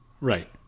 Right